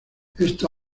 esta